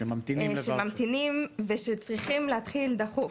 שממתינים ושצריכים להתחיל דחוף.